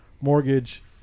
mortgage